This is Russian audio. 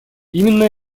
именно